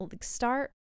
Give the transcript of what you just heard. Start